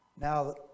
Now